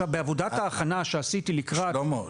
שלמה,